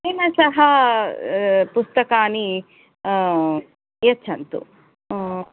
तेन सह पुस्तकानि यच्छन्तु